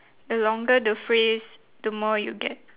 the longer the phrase the more you get